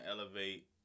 elevate